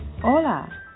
Hola